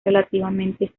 relativamente